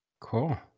Cool